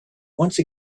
once